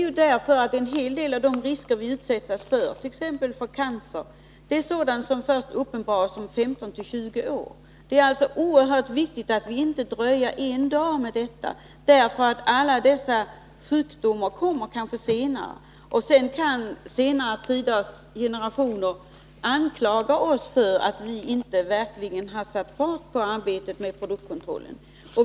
Följden av en hel del av de riskfaktorer vi utsätter oss för, t.ex. när det gäller cancer, kanske uppenbaras först om 15-20 år. Det är oerhört viktigt att inte dröja en dag med detta arbete — alla dessa sjukdomar kanske kommer senare. Kommande generationer kan annars anklaga oss för att vi inte satte verklig fart på arbetet med produktkontroll.